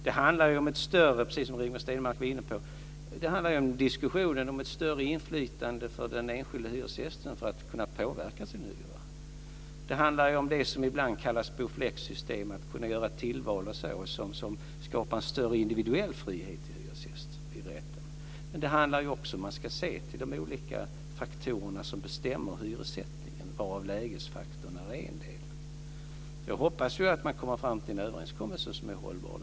Det handlar ju, som Rigmor Stenmark var inne på, om ett större inflytande för den enskilde hyresgästen att kunna påverka sin hyra. Det handlar om det som ibland kallas boflexsystemet, att kunna göra tillval som skapar en större individuell frihet för hyresgästerna. Men det handlar också om att man ska se till de olika faktorer som bestämmer hyressättningen, där lägesfaktorn är en del. Jag hoppas att man kommer fram till en överenskommelse som är hållbar.